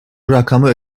rakamı